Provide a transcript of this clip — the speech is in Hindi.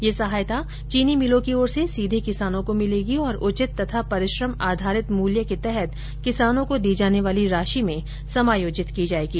यह सहायता चीनी मिलों की ओर से सीघे किसानों को मिलेगी और उचित तथा परिश्रम आधारित मूल्य के तहत किसानों को दी जाने वाली राशि में समायोजित की जाएगी